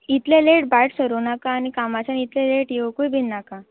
इतलें लेट भायर सरूं नाका आनी कामाच्यान इतलें लेट येवकूय बीन नाका